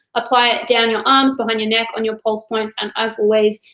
apply it down your arms, behind your neck, on your pulse points, and as always,